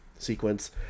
Sequence